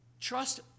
trust